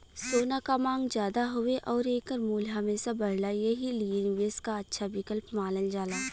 सोना क मांग जादा हउवे आउर एकर मूल्य हमेशा बढ़ला एही लिए निवेश क अच्छा विकल्प मानल जाला